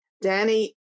Danny